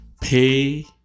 Pay